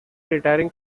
retiring